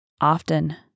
Often